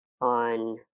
on